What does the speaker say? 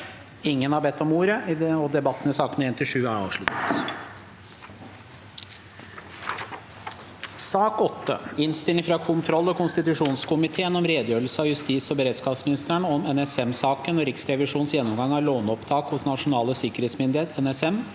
Ingen har bedt om ordet. S ak nr. 8 Innstilling fra kontroll- og konstitusjonskomiteen om Redegjørelser av justis- og beredskapsministeren om NSM-saken og Riksrevisjonens gjennomgang av Låne- opptak hos Nasjonal Sikkerhetsmyndighet (NSM)